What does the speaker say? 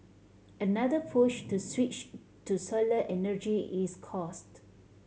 another push to switch to solar energy is cost